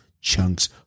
chunks